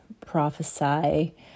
prophesy